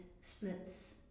splits